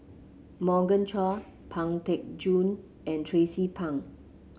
Morgan Chua Pang Teck Joon and Tracie Pang